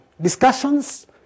discussions